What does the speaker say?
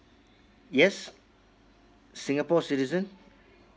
yes singapore citizen